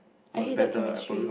I hated chemistry